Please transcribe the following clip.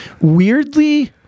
weirdly